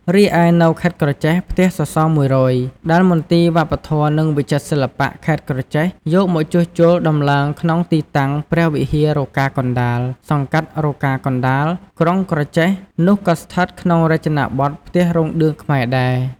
រីឯនៅខេត្តក្រចេះ ផ្ទះសសរ ១០០ ដែលមន្ទីរវប្បធម៌និងវិចិត្រសិល្បៈខេត្តក្រចេះយកមកជួសជុលដំឡើងក្នុងទីតាំងព្រះវិហាររកាកណ្ដាល សង្កាត់រកាកណ្ដាល ក្រុងក្រចេះ នោះក៏ស្ថិតក្នុងរចនាបថផ្ទះរោងឌឿងខ្មែរដែរ។